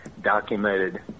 documented